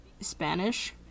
Spanish